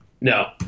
no